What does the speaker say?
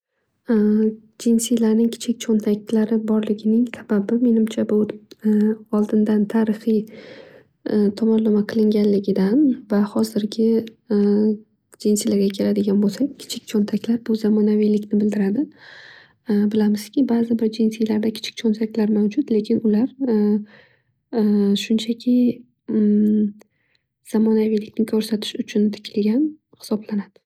Jensilarning kichik cho'ntaklari borligining sababi menimcha bu oldindan tarixiy tomonlama qilinganligidan va hozirgi jensilarga keladigan bo'lsak, kichik cho'ntaklar bu zamonaviylikni bildiradi. Bilamizki bazi bir jensilarda kichik cho'ntaklar mavjud lekin ular shunchaki zamonaviylikni ko'rsatish uchun tikilgan hisoblanadi.